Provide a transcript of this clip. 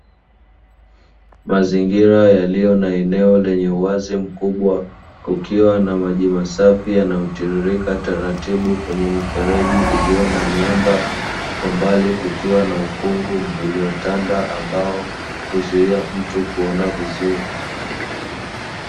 Mazingira yaliyo na eneo lenye uwazi mkubwa kukiwa na maji masafi yanayotiririka taratibu kwenye mifereji iliyo na miamba kwa, mbali kukiwa na ukungu uliotanda ambao huzuia mtu kuona vizuri.